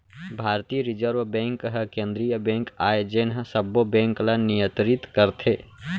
भारतीय reserve bank ह केंद्रीय बेंक आय जेन ह सबो बेंक ल नियतरित करथे